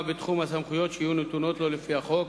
בתחום הסמכויות שיהיו נתונות לפי החוק,